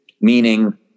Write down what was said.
meaning